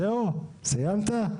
סיימת?